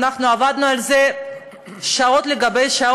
אנחנו עבדנו על זה שעות על שעות,